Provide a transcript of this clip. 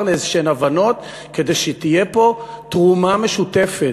לאיזשהן הבנות כדי שתהיה פה תרומה משותפת.